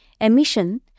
emission